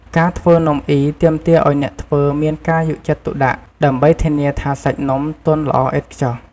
ការធ្វើនំអុីទាមទារឱ្យអ្នកធ្វើមានការយកចិត្តទុកដាក់ ដើម្បីធានាថាសាច់នំទន់ល្អឥតខ្ចោះ។